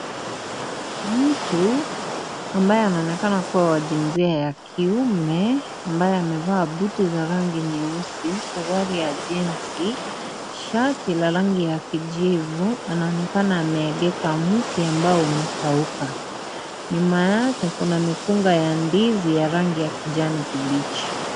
Mtu ambaye anaonekana kuwa wa jinsia ya kiume, ambaye amevaa buti za rangi nyeusi , suruali ya jeans ,shati la rangi ya kijivu. Anaonekana ameegeka mti, ambao umekauka. Nyuma yake kuna mikunga ya ndizi ya rangi ya kijani kibichi.